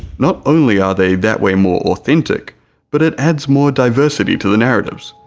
not only are they that way more authentic but it adds more diversity to the narratives.